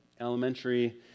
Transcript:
elementary